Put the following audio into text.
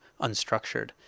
unstructured